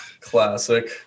classic